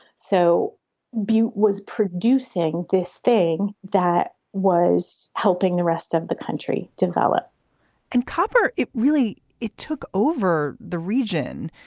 so buit was producing this thing that was helping the rest of the country develop and copper it really it took over the region.